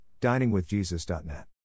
diningwithjesus.net